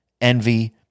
envy